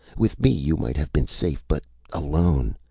with me, you might have been safe. but alone.